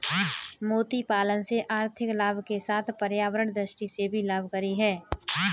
मोती पालन से आर्थिक लाभ के साथ पर्यावरण दृष्टि से भी लाभकरी है